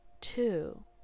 two